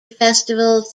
festivals